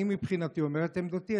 אני מבחינתי אומר את עמדתי.